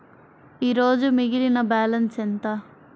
ఈరోజు మిగిలిన బ్యాలెన్స్ ఎంత?